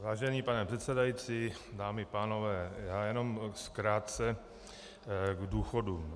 Vážený pane předsedající, dámy a pánové, jenom krátce k důchodům.